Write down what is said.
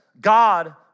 God